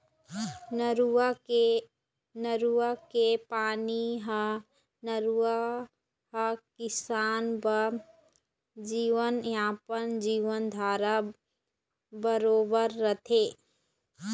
नरूवा के पानी ह नरूवा ह किसान बर जीवनयापन, जीवनधारा बरोबर रहिथे